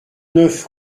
neuf